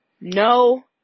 no